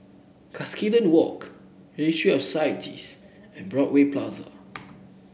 Cuscaden Walk Registry of Societies and Broadway Plaza